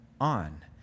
on